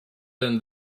than